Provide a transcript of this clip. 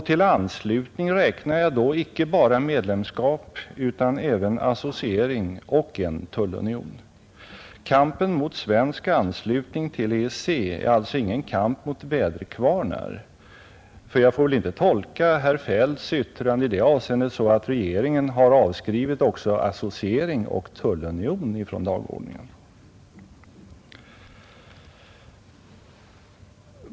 Till anslutning räknar jag då icke bara medlemskap utan även associering och en tullunion. Kampen mot svensk anslutning till EEC är alltså ingen kamp mo: väderkvarnar, ty jag får väl inte tolka herr Feldts yttrande i det avseendet så att regeringen avskrivit också associering och tullunion från dagordningen?